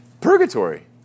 purgatory